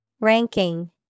Ranking